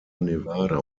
nevada